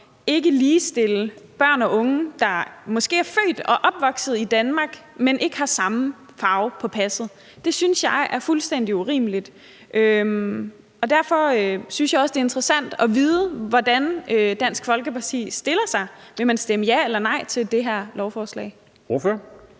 ikke at ligestille børn og unge, der måske er født og opvokset i Danmark, men som ikke har samme farve på passet. Det synes jeg er fuldstændig urimeligt, og derfor synes jeg også, det er interessant at vide, hvordan Dansk Folkeparti stiller sig. Vil man stemme ja eller nej til det her beslutningsforslag? Kl.